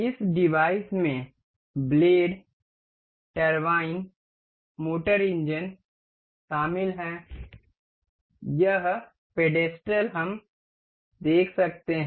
इस डिवाइस में blade turbine motor engine शामिल हैं यह पेडस्टल हम देख सकते हैं